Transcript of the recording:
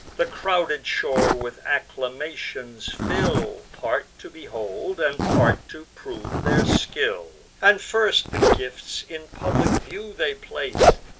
the crowded shore with acclamations fill, part to behold, and part to prove their skill. and first the gifts in public view they place,